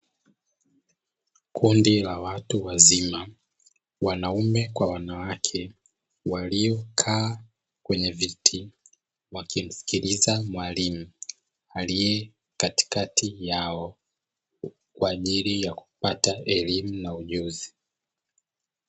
Kundi la watu wazima wanaume kwa wanawake waliokaa kwenye viti wakimsikiliza mwalimu, aliye katikati yao kwa ajili ya kupata elimu na ujuzi.